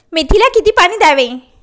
मेथीला किती पाणी द्यावे?